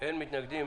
אין מתנגדים.